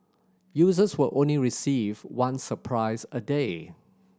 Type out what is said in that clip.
users will only receive one surprise a day